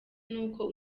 nuko